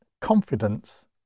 confidence